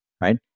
right